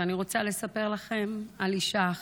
ואני רוצה לספר לכם על אישה אחת.